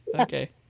Okay